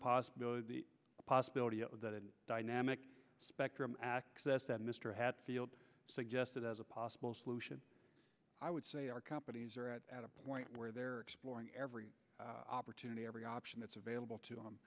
possibility the possibility of that dynamic spectrum access that mr hatfield suggested as a possible solution i would say our companies are at a point where they're exploring every opportunity every option that's available to